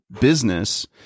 business